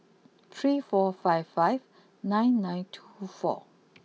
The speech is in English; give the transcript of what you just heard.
three four five five nine nine two four